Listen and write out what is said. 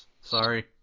Sorry